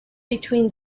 between